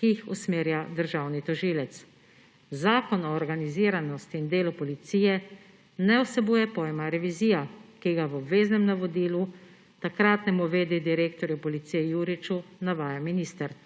ki jih usmerja državni tožilec. Zakon o organiziranosti in delu v policiji ne vsebuje pojma revizija, ki ga v obveznem navodilu takratnemu v. d. direktorju Policije Juriču navaja minister.